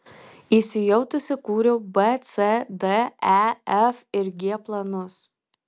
įsijautusi kūriau b c d e f ir g planus